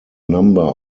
number